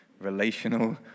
relational